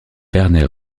werner